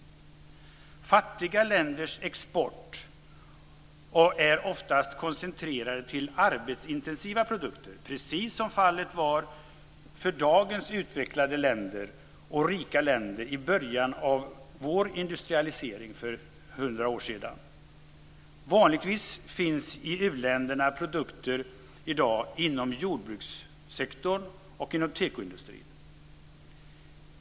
Fattiga länders export är oftast koncentrerad till arbetsintensiva produkter, precis som fallet var för dagens utvecklade länder och rika länder i början av vår industrialisering för 100 år sedan. Vanligtvis finns i u-länderna i dag produkter inom jordbrukssektorn och inom tekoindustrin.